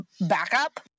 backup